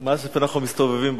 איפה אנחנו מסתובבים בלילה,